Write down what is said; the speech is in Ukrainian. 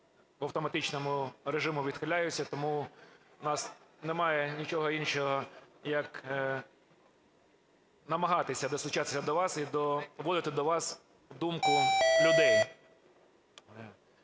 в автоматичному режимі відхиляються. Тому у нас немає нічого іншого, як намагатися достучаться до вас і доводити до вас думку людей.